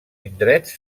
indrets